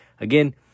again